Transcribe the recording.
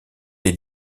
des